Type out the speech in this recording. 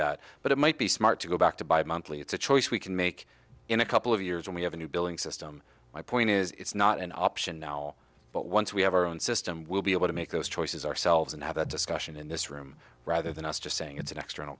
that but it might be smart to go back to buy monthly it's a choice we can make in a couple of years when we have a new billing system my point is it's not an option now but once we have our own system we'll be able to make those choices ourselves and have that discussion in this room rather than us just saying it's an extra